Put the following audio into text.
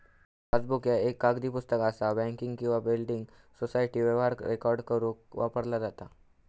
passbook ह्या एक कागदी पुस्तक असा ज्या बँक किंवा बिल्डिंग सोसायटी व्यवहार रेकॉर्ड करुक वापरला जाता